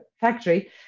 factory